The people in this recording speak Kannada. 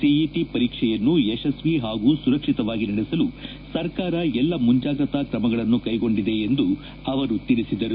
ಸಿಇಟಿ ಪರೀಕ್ಷೆಯನ್ನು ಯಶಸ್ವಿ ಹಾಗೂ ಸರಕ್ಷಿತವಾಗಿ ನಡೆಸಲು ಸರ್ಕಾರ ಎಲ್ಲಾ ಮುಂಚಾಗ್ರತಾ ಕ್ರಮಗಳನ್ನು ಕೈಗೊಂಡಿದೆ ಎಂದು ಅವರು ತಿಳಿಸಿದರು